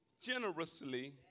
Generously